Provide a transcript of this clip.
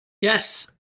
yes